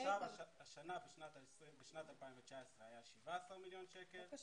עכשיו בשנת 2019 היה 17 מיליון שקל,